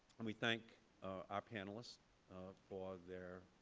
and we thank our panelists for their